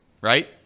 right